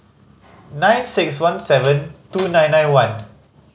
nine six one seven two nine nine one